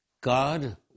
God